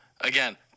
again